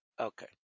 Okay